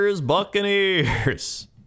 Buccaneers